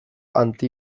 anti